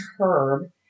Herb